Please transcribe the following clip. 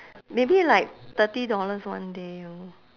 maybe like thirty dollars one day orh